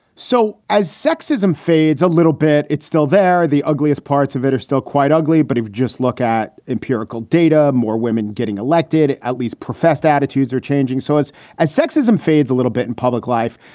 so as sexism fades a little bit. it's still there. the ugliest parts of it are still quite ugly. but just look at empirical data. more women getting elected, at least professed attitudes are changing. so as as sexism fades a little bit in public life.